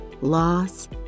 loss